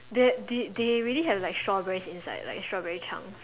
that did they really have like strawberries inside like strawberry chunks